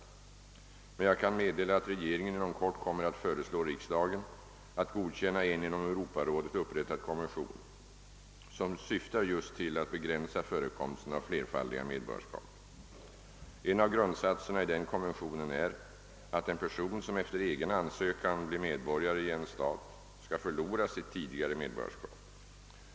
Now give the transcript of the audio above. Jag kan emellertid meddela att regeringen inom kort kommer att föreslå riksdagen att godkänna en inom Europarådet upprättad konvention som syftar just till att begränsa förekomsten av flerfaldiga medborgarskap. En av grundsatserna i den konventionen är att en person som efter egen ansökan blir medborgare i en stat skall förlora sitt tidigare medborgarskap.